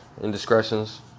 Indiscretions